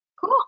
Cool